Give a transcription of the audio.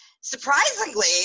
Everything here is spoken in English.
surprisingly